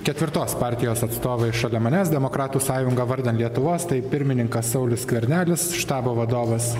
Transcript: ketvirtos partijos atstovai šalia manęs demokratų sąjunga vardan lietuvos tai pirmininkas saulius skvernelis štabo vadovas